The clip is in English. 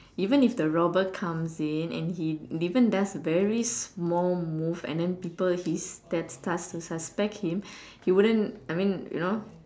even if the robber comes in and he even does very small move and then people his that starts to suspect him he wouldn't I mean you know